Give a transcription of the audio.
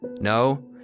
no